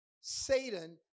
Satan